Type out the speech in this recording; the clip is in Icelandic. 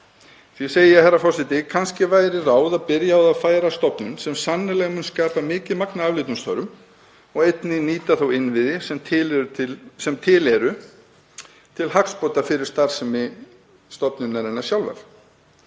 Því segi ég, herra forseti: Kannski væri ráð að byrja á að færa stofnun sem sannarlega mun skapa mikið magn af afleiddum störfum og einnig nýta þá innviði sem til eru til hagsbóta fyrir starfsemi stofnunarinnar sjálfrar.